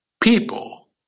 people